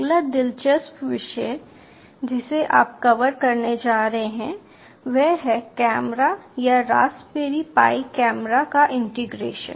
अगला दिलचस्प विषय जिसे आप कवर करने जा रहे हैं वह है कैमरा या रास्पबेरी पाई कैमरा का इंटीग्रेशन